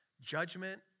Judgment